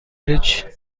bridge